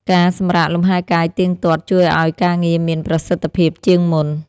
ការសម្រាកលំហែកាយទៀងទាត់ ជួយឱ្យការងារមានប្រសិទ្ធភាពជាងមុន។